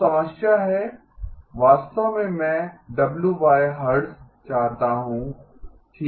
तो समस्या है वास्तव में मैं WHz चाहता हूं ठीक है